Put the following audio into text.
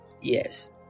yes